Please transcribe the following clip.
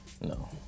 No